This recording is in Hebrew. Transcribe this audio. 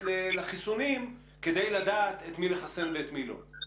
לחיסונים כדי לדעת את מי לחסן ואת מי לא?